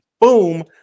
boom